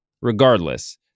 Regardless